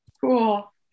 cool